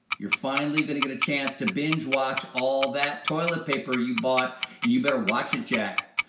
you're finally going to get a chance to binge watch all that toilet paper you bought, and you better watch it, jack,